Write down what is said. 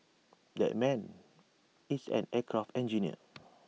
that man is an aircraft engineer